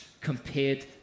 compared